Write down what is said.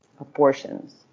abortions